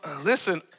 listen